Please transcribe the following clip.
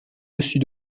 dessus